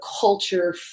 culture